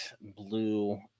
blue